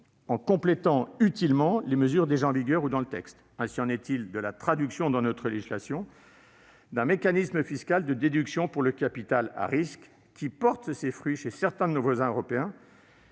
en complétant utilement les mesures déjà en vigueur ou dans le texte. Ainsi en est-il de la traduction dans notre législation d'un mécanisme fiscal de déduction pour le capital à risques, qui porte ses fruits chez certains de nos voisins européens